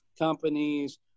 companies